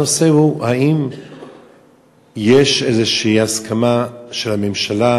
הנושא הוא אם יש איזושהי הסכמה של הממשלה,